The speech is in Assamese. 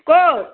ক'ত